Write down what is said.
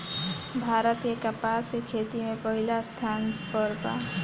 भारत के कपास के खेती में पहिला स्थान पर बा